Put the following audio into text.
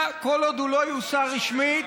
כל עוד הוא לא יוסר רשמית.